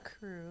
crew